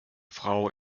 frau